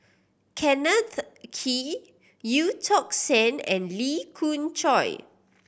Kenneth Kee Eu Tong Sen and Lee Khoon Choy